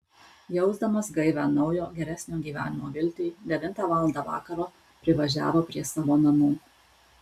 jausdamas gaivią naujo geresnio gyvenimo viltį devintą valandą vakaro privažiavo prie savo namų